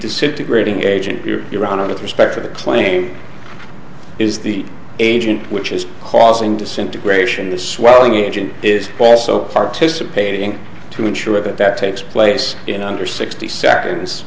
disintegrating agent you're on it with respect to the claim is the agent which is causing disintegration the swelling engine is also participating to ensure that that takes place in under sixty seconds